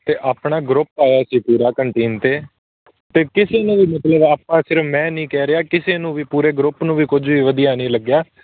ਅਤੇ ਆਪਣਾ ਗਰੁੱਪ ਆਇਆ ਸੀ ਪੂਰਾ ਕੰਟੀਨ 'ਤੇ ਅਤੇ ਕਿਸੇ ਨੇ ਵੀ ਮਤਲਬ ਆਪਾਂ ਸਿਰਫ਼ ਮੈਂ ਨਹੀਂ ਕਹਿ ਰਿਹਾ ਕਿਸੇ ਨੂੰ ਵੀ ਪੂਰੇ ਗਰੁੱਪ ਨੂੰ ਵੀ ਕੁਝ ਵਧੀਆ ਨਹੀਂ ਲੱਗਿਆ